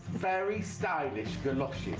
very stylish philosopher,